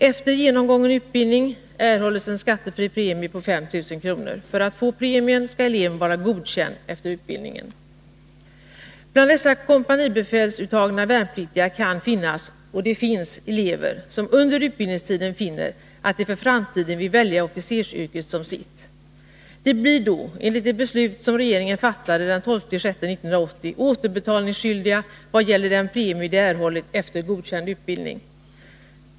Efter genomgången utbildning erhåller eleven en skattefri premie på 5 000 kr. För att få premien skall eleven vara godkänd efter utbildningen. Bland de kompanibefälsuttagna värnpliktiga kan finnas — och finns— elever som under utbildningstiden finner att de för framtiden vill välja officersyrket som sitt. De blir då, enligt det beslut som regeringen fattade den 12 juni 1980, återbetalningsskyldiga för den premie de erhållit efter godkänd utbildning.